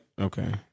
Okay